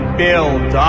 build